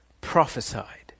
prophesied